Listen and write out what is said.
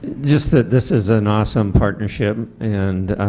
just that this is an awesome partnership, and